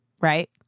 right